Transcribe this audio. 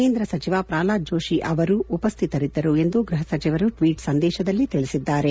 ಕೇಂದ್ರ ಸಚಿವ ಪ್ರಷ್ಲಾದ್ ಜೋಶಿ ಅವರೂ ಉಪಶ್ವಿತರಿದ್ದರು ಎಂದು ಗೃಪ ಸಚಿವರು ಟ್ನೀಟ್ ಸಂದೇಶದಲ್ಲಿ ತಿಳಿಸಿದ್ದಾರೆ